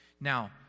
Now